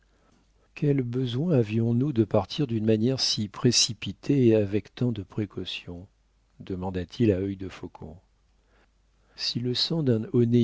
quel besoin avions-nous de partir d'une manière si précipitée et avec tant de précautions demanda-t-il à œil defaucon si le sang d'un